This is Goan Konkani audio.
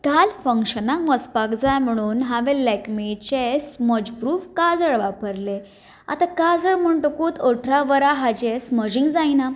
काल फंक्शनाक वचपाक जाय म्हणून हांवें लॅकमेचें स्मज प्रूफ काजळ वापरलें आतां काजळ म्हणटकूत अठरा वरां हाजें स्मजींग जायना